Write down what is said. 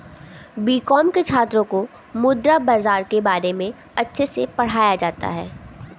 BCom के छात्रों को मुद्रा बाजार के बारे में अच्छे से पढ़ाया जाता है